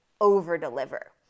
over-deliver